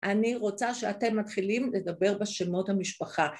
אני רוצה שאתם מתחילים לדבר בשמות המשפחה.